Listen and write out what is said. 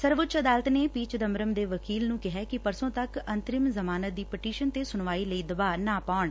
ਸਰਵਉੱਚ ਅਦਾਲਤ ਨੇ ਚਿਦੰਬਰਮ ਦੇ ਵਕੀਲ ਨੂੰ ਕਿਹੈ ਕਿ ਪਰਸੈਂ ਤੱਕ ਅੰਤਰਿਮ ਜਮਾਨਤ ਦੀ ਪਟੀਸ਼ਨ ਤੇ ਸੁਣਵਾਈ ਲਈ ਦਬਾਅ ਨਾ ਪਾਉਣ